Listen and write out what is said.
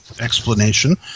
explanation